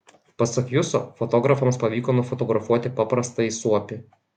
pasak juso fotografams pavyko nufotografuoti paprastąjį suopį